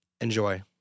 Enjoy